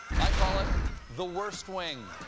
i call it the worst wing.